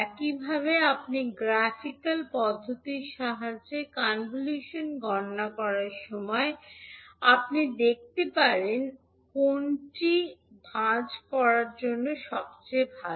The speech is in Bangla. একইভাবে আপনি গ্রাফিকাল পদ্ধতির সাহায্যে কনভলিউশন গণনা করার সময় আপনি দেখতে পারেন কোনটি ভাঁজ করার জন্য সবচেয়ে ভাল